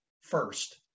first